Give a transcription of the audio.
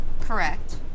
Correct